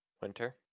Winter